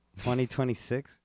2026